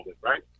right